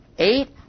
Eight